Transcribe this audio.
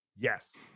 Yes